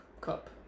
Cup